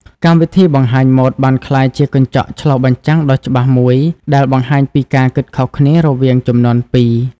កម្មវិធីបង្ហាញម៉ូដបានក្លាយជាកញ្ចក់ឆ្លុះបញ្ចាំងដ៏ច្បាស់មួយ ដែលបង្ហាញពីការគិតខុសគ្នារវាងជំនាន់ពីរ។